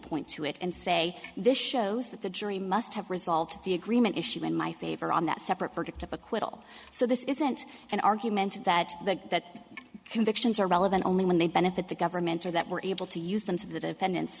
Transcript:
point to it and say this shows that the jury must have resolved the agreement issue in my favor on that separate verdict of acquittal so this isn't an argument that that convictions are relevant only when they benefit the government or that we're able to use them to the defend